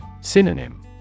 Synonym